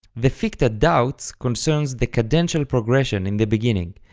the ficta doubts concern the cadential progression in the beginning,